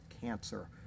cancer